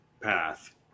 path